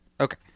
Okay